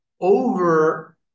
over